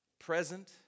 Present